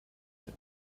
were